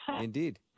indeed